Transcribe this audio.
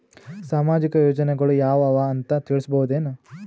ಸಾಮಾಜಿಕ ಯೋಜನೆಗಳು ಯಾವ ಅವ ಅಂತ ತಿಳಸಬಹುದೇನು?